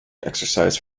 exercise